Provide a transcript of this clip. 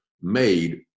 made